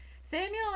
Samuel